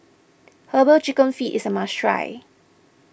Herbal Chicken Feet is a must try